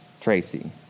Tracy